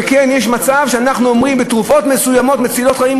שיש מצב שאנחנו אומרים שתרופות מסוימות מצילות חיים,